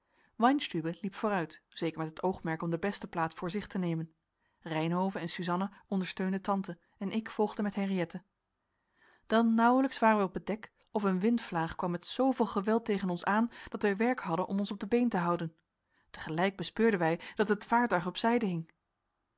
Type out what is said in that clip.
weinstübe liep vooruit zeker met het oogmerk om de beste plaats voor zich te nemen reynhove en suzanna ondersteunden tante en ik volgde met henriëtte dan nauwelijks waren wij op het dek of een windvlaag kwam met zooveel geweld tegen ons aan dat wij werk hadden om ons op de been te houden te gelijk bespeurden wij dat het vaartuig op